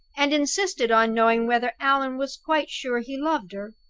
and insisted on knowing whether allan was quite sure he loved her.